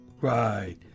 Right